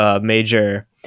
major